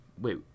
Wait